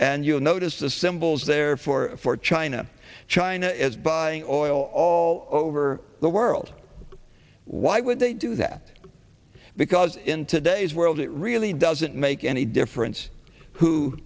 and you'll notice the symbols there for for china china is buying oil all over the world why would they do that because in today's world it really doesn't make any difference who